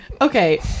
okay